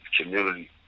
community